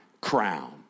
crown